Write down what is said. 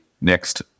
next